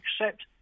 accept